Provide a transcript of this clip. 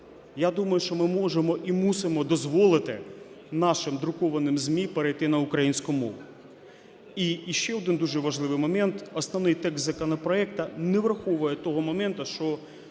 Я думаю, що ми можемо і мусимо дозволити нашим друкованим ЗМІ перейти на українську мову. І де один дуже важливий момент. Основний текст законопроекту не враховує того моменту, що